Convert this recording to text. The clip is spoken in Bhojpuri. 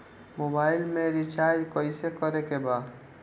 मोबाइल में रिचार्ज कइसे करे के बा?